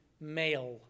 male